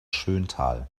schöntal